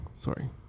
sorry